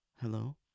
Hello